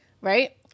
Right